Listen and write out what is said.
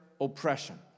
oppression